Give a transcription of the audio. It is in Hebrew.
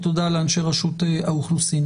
תודה לאנשי רשות האוכלוסין.